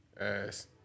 Ass